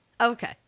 Okay